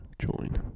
join